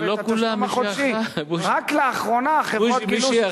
אבל לא כולם, מי שהיה יכול, בוז'י, מי שהיה יכול.